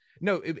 no